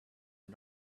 are